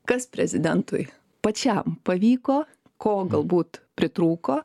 kas prezidentui pačiam pavyko ko galbūt pritrūko